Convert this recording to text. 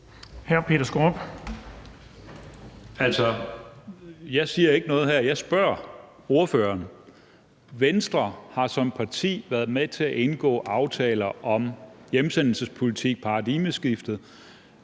et spørgsmål. Venstre har som parti været med til at indgå aftale om hjemsendelsespolitik, paradigmeskiftet,